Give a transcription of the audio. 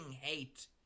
hate